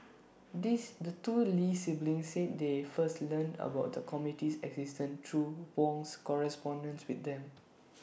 this the two lee siblings said they first learned about the committee's existence through Wong's correspondence with them